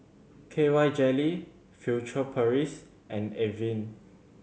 KY Jelly Furtere Paris and Avene